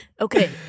Okay